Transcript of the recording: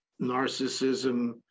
Narcissism